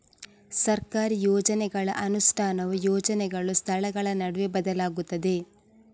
ಸರ್ಕಾರಿ ಯೋಜನೆಗಳ ಅನುಷ್ಠಾನವು ಯೋಜನೆಗಳು, ಸ್ಥಳಗಳ ನಡುವೆ ಬದಲಾಗುತ್ತದೆ